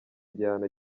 igihano